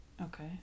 Okay